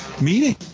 meeting